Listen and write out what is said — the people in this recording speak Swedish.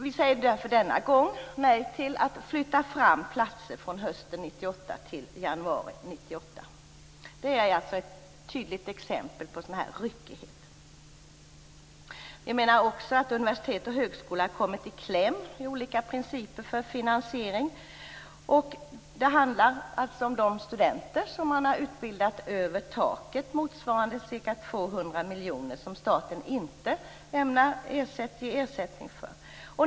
Vi säger därför denna gång nej till att flytta fram platser från hösten 1998 till januari 1998. Det är ett tydligt exempel på sådan här ryckighet. Vi menar också att universitet och högskola har kommit i kläm genom olika principer för finansiering. Det handlar alltså om de studenter som man har utbildat över taket, motsvarande ca 200 miljoner, som staten inte ämnar ge ersättning för.